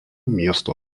miesto